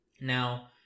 Now